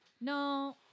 No